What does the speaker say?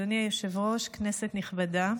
אדוני היושב-ראש, כנסת נכבדה,